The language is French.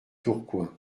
tourcoing